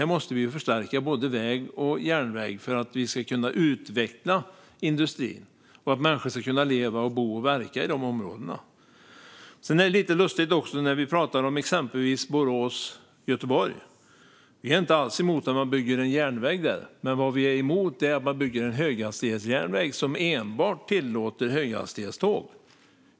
Här måste vi förstärka både väg och järnväg så att industrin kan utvecklas så att människor kan leva, bo och verka i dessa områden. Det är lite lustigt när vi exempelvis pratar om sträckan Borås-Göteborg. Vi är inte alls emot att bygga en järnväg där, men det vi är emot är att bygga en höghastighetsjärnväg som enbart tillåter höghastighetståg.